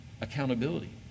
accountability